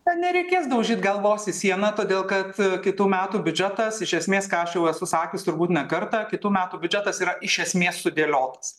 na nereikės daužyt galvos į sieną todėl kad kitų metų biudžetas iš esmės ką aš jau esu sakius turbūt ne kartą kitų metų biudžetas yra iš esmės sudėliotas